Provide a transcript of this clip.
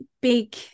big